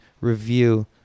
review